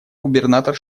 губернатор